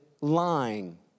lying